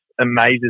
amazes